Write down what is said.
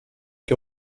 que